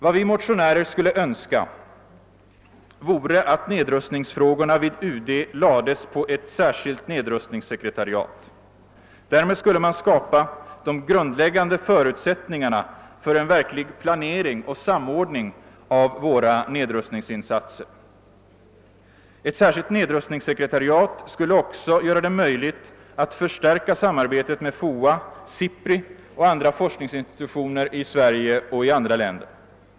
Vad vi motionärer skulle önska vore att nedrustningsfrågorna vid UD lades på ett särskilt nedrustningssekretariat. Därmed skulle man skapa de grundläggande förutsättningarna för en verklig planering och samordning av våra nedrustningsinsatser. Ett särskilt ned rustningssekretariat skulle också göra det möjligt att förstärka samarbetet med FOA, SIPRI och andra forskningsinstitutioner i Sverige och i andra länder.